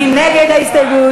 מי נגד ההסתייגות?